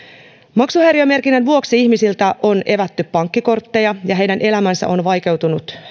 maksuhäiriömerkinnän vuoksi ihmisiltä on evätty pankkikortteja ja heidän elämänsä on vaikeutunut